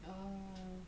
err